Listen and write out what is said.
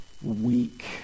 Weak